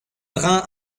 brun